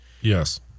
Yes